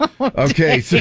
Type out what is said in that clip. Okay